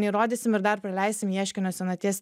neįrodysim ir dar praleisim ieškinio senaties